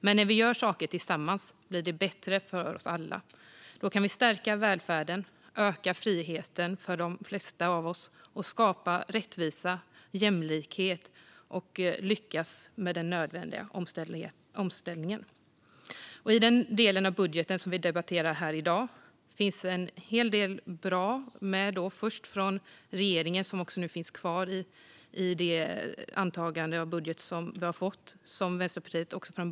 Men när vi gör saker tillsammans blir det bättre för oss alla. Då kan vi stärka välfärden, öka friheten för de flesta av oss, skapa rättvisa och jämlikhet samt lyckas med den nödvändiga omställningen. I den del av budgeten som vi debatterar här i dag finns en hel del bra förslag från regeringens budget med i den antagna budgeten, som Vänsterpartiet tillstyrker.